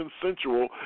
consensual